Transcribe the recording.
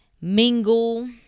mingle